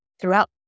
throughout